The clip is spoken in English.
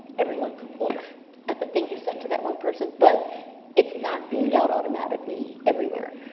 everyone can look at the thing you send to that one person, but it's not beamed out automatically everywhere.